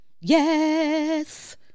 Yes